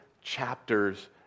chapters